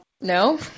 no